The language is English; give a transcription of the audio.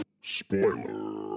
Spoiler